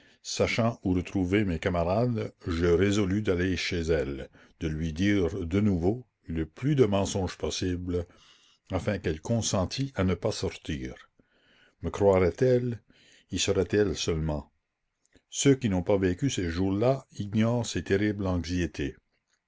sachant où retrouver mes camarades je résolus d'aller chez elle de lui dire de nouveau le plus de mensonges possible afin qu'elle consentît à ne pas sortir me croirait elle y serait-elle seulement ceux qui n'ont pas vécu ces jours-là ignorent ces terribles anxiétés